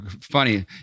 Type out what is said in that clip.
funny